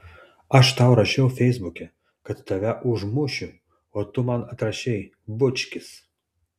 aš tau rašiau feisbuke kad tave užmušiu o tu man atrašei bučkis